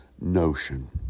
notion